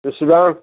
बिसिबां